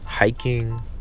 Hiking